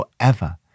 forever